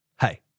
Hey